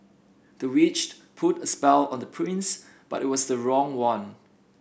the witched put a spell on the prince but it was the wrong one